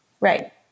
right